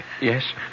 Yes